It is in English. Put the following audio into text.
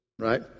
right